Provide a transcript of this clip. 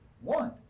one